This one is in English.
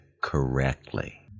correctly